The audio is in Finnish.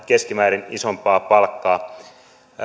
keskimäärin isompaa palkkaa